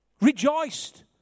rejoiced